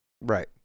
Right